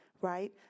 Right